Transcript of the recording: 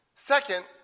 Second